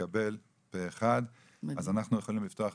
הצבעה אושר.